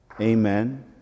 Amen